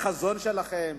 לחזון שלכם,